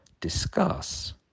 discuss